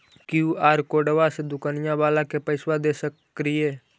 QR कोडबा से दुकनिया बाला के पैसा दे सक्रिय?